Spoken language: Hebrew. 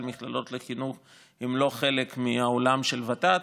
המכללות לחינוך הן לא חלק מהעולם של ות"ת,